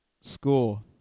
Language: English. score